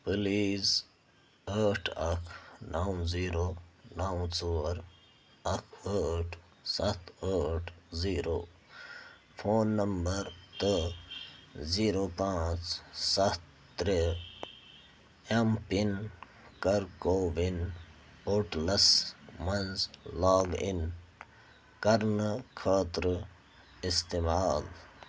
please ٲٹھ اَکھ نَو زیٖرو نَو ژور اَکھ ٲٹھ سَتھ ٲٹھ زیٖرو فون نمبَر تہٕ زیٖرو پانٛژھ سَتھ ترٛےٚ اٮ۪م پِن کَر کووِن پورٹلَس منٛز لاگ اِن کرنہٕ خٲطرٕ اِستعمال